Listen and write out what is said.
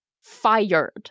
fired